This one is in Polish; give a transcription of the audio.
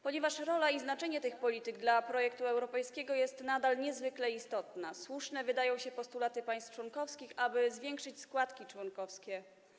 Ponieważ rola i znaczenie tych polityk dla projektu europejskiego są nadal niezwykle istotne, słuszne wydają się postulaty państw członkowskich, aby zwiększyć składki członkowskie.